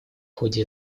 ходе